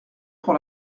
pour